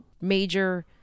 major